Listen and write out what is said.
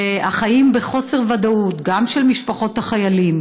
והחיים בחוסר ודאות, גם של משפחות החיילים